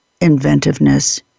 inventiveness